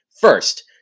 first